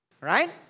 Right